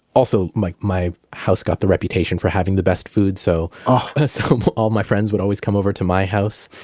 also my my house got the reputation for having the best food. so ah so all my friends would always come over to my house.